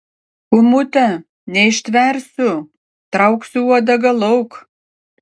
kūmute neištversiu trauksiu uodegą lauk